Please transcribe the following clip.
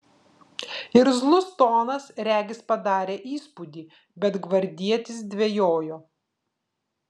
irzlus tonas regis padarė įspūdį bet gvardietis dvejojo